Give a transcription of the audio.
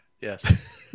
Yes